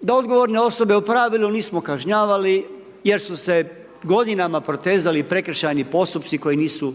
da odgovorne osobe u pravilu nismo kažnjavali, jer su se godinama protezali prekršajni postupci koji nisu